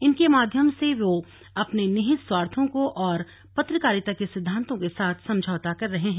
इनके माध्यम से वह अपने निहित स्वार्थों को और पत्रकारिता के सिद्धांतों के साथ समझौता कर रही हैं